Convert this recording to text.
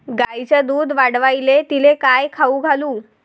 गायीचं दुध वाढवायले तिले काय खाऊ घालू?